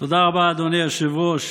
תודה רבה, אדוני היושב-ראש.